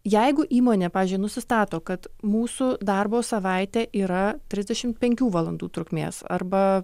jeigu įmonė pavyzdžiui nusistato kad mūsų darbo savaitė yra trisdešim penkių valandų trukmės arba